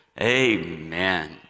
Amen